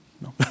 No